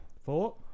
Four